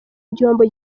igihombo